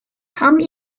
come